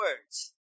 words